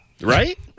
Right